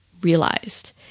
realized